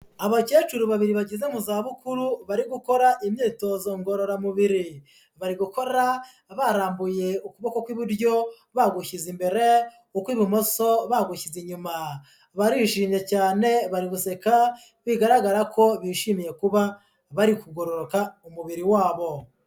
Abakecuru babiri bageze mu zabukuru, bari gukora imyitozo ngororamubiri. Bari gukora, barambuye ukuboko kw'iburyo, bagushyize imbere, ukw'ibumoso bagushyize inyuma. Barishimye cyane, bari guseka, bigaragara ko bishimiye kuba bari kugororoka umubiri wabo.